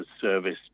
service